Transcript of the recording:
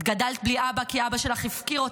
את גדלת בלי אבא כי אבא שלך הפקיר אותך,